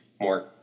more